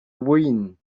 win